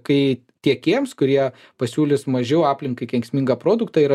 kai tiekėjams kurie pasiūlys mažiau aplinkai kenksmingą produktą yra